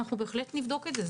ואנחנו בהחלט נבדוק את זה.